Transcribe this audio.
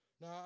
now